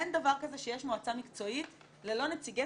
אין דבר כזה שיש מועצה מקצועית ללא נציגי